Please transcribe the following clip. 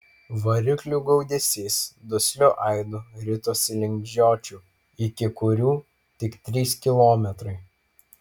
variklių gaudesys dusliu aidu ritosi link žiočių iki kurių tik trys kilometrai